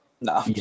no